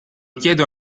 chiedo